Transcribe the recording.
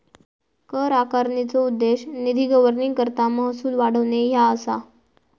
कर आकारणीचो उद्देश निधी गव्हर्निंगकरता महसूल वाढवणे ह्या असा